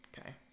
Okay